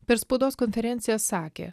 per spaudos konferenciją sakė